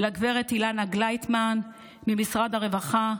ולגב' אילנה גלייטמן ממשרד הרווחה.